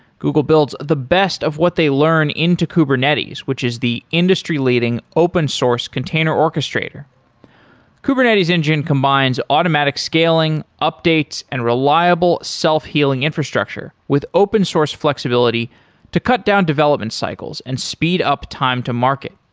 google builds the best of what they learn into kubernetes, which is the industry-leading, open source container orchestrator kubernetes engine combines automatic scaling, updates and reliable self-healing infrastructure with open source flexibility to cut down development cycles and speed up time to market.